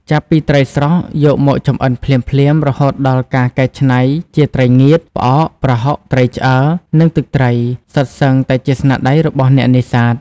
ចាប់ពីត្រីស្រស់យកមកចម្អិនភ្លាមៗ រហូតដល់ការកែច្នៃជាត្រីងៀត ផ្អក ប្រហុក ត្រីឆ្អើរ និងទឹកត្រី សុទ្ធសឹងតែជាស្នាដៃរបស់អ្នកនេសាទ។